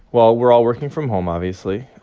well, we're all working from home, obviously.